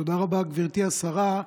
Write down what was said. תודה רבה, גברתי השרה.